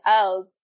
else